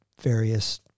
various